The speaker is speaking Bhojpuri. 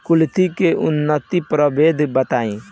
कुलथी के उन्नत प्रभेद बताई?